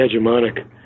hegemonic